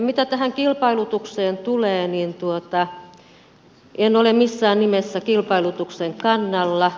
mitä tähän kilpailutukseen tulee niin en ole missään nimessä kilpailutuksen kannalla